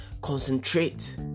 Concentrate